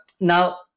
now